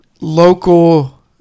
local